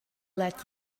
let